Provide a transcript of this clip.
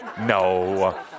No